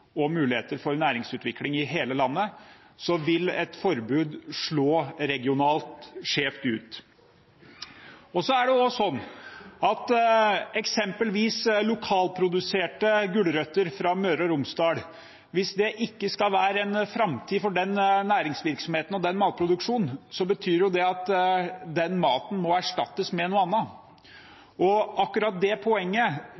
og muligheter for næringsutvikling i hele landet, vil et forbud slå regionalt skjevt ut. Det er også sånn, eksempelvis når det gjelder lokalproduserte gulrøtter fra Møre og Romsdal, at hvis det ikke skal være en framtid for den næringsvirksomheten og den matproduksjonen, betyr det at den maten må erstattes med noe